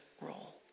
role